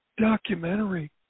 documentary